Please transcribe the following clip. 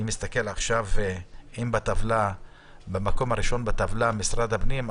אני מסתכל עכשיו ואם במקום הראשון בטבלה נמצא משרד הפנים,